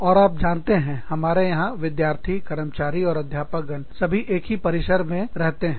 और आप जानते हैं हमारे यहां विद्यार्थी कर्मचारी और अध्यापकगण सभी एक ही परिसर कैंपस में रहते हैं